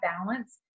balance